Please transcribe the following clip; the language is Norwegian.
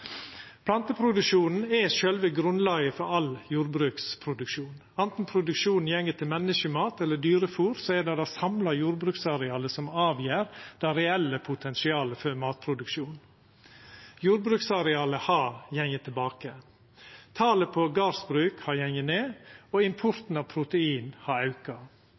Planteproduksjonen er sjølve grunnlaget for all jordbruksproduksjon. Anten produksjonen går til menneskemat eller dyrefôr, er det det samla jordbruksarealet som avgjer det reelle potensialet for matproduksjonen. Jordbruksarealet har gått tilbake. Talet på gardsbruk har gått ned, og importen av protein har auka.